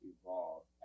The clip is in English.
evolved